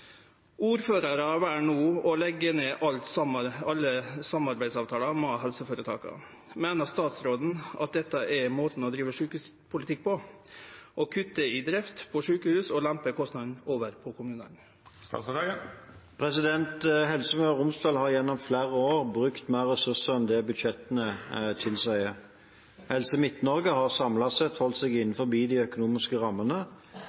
Ordførarar vel no å legge ned alle samarbeidsavtaler med helseføretaka. Meiner statsråden at dette er måten å drive sjukehuspolitikk på – å kutte i drifta på sjukehusa og lempe kostnadene over på kommunane?» Helse Møre og Romsdal har gjennom flere år brukt mer ressurser enn budsjettene tilsier. Helse Midt-Norge har samlet sett holdt seg innenfor de økonomiske rammene,